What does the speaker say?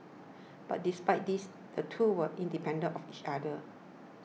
but despite this the two were independent of each other